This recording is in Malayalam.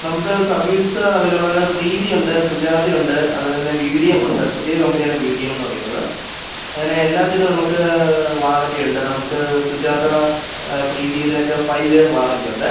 നമുക്ക് സർവീസ് അവൈലബ്ളാണ് പ്രീതിയുണ്ട് സുജാതയുണ്ട് അതുപോലെത്തന്നെ വീഡിഎമ്മുണ്ട് പുതിയ കമ്പനിയാണ് വീഡിഎം എന്ന് പറയുന്നത് അങ്ങനെ എല്ലാത്തിനും നമുക്ക് വാറൻ്റിയുണ്ട് നമുക്ക് സുജാത പ്രീതി ഇതിനൊക്കെ ഫൈവ് ഇയർ വാറൻ്റിയുണ്ട്